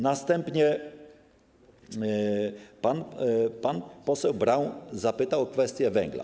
Następnie pan poseł Braun zapytał o kwestię węgla.